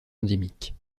endémiques